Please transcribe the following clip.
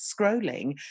scrolling